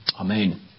Amen